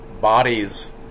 bodies